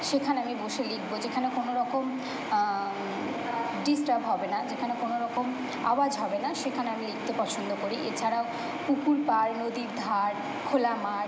সেখানে আমি বসে লিখবো যেখানে কোনো রকম ডিসটার্ব হবে না যেখানে কোনো রকম আওয়াজ হবে না সেখানে আমি লিখতে পছন্দ করি এছাড়াও পুকুর পার নদীর ধার খোলা মাঠ